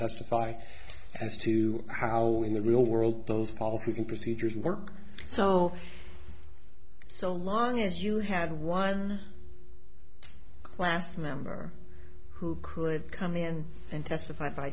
testify as to how in the real world those policies and procedures work so so long as you have one class member who could come in and testify